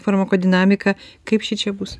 farmakodinamika kaip šičia bus